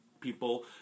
people